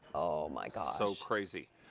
oh my gosh. so crazy.